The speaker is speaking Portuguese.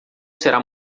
será